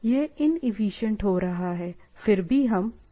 यह इनएफिशिएंट हो रहा है फिर भी हम कम्युनिकेट कर सकते हैं